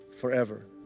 Forever